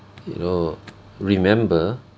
you know remember